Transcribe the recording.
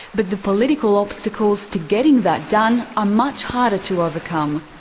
but the political obstacles to getting that done are much harder to overcome.